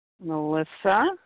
Melissa